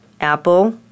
apple